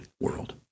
world